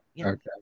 Okay